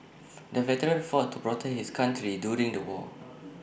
the veteran fought to protect his country during the war